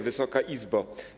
Wysoka Izbo!